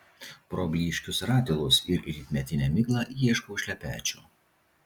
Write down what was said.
pro blyškius ratilus ir rytmetinę miglą ieškau šlepečių